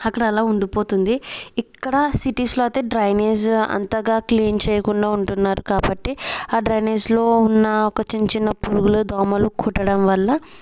అక్కడ అలా ఉండిపోతుంది ఇక్కడ సిటీస్ లో అయితే డ్రైనేజీ అంతగా క్లీన్ చేకుండా ఉంటున్నారు కాబట్టి ఆ డ్రైనేజ్ లో ఉన్న ఒక చిన్న చిన్న పురుగులు దోమలు కుట్టడం వల్ల